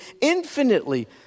infinitely